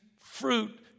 fruit